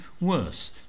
worse